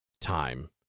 time